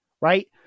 right